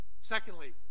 Secondly